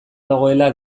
dagoela